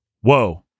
whoa